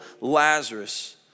Lazarus